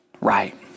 right